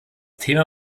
thema